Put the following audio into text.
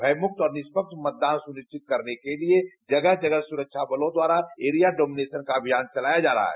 भयमुक्त और निष्पक्ष मतदान सुनिश्चित करने के लिए जगह जगह सुरक्षा बलों दवारा एरिया डोमिनेशन का अभियन चलाय जा रहा है